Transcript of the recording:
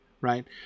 right